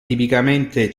tipicamente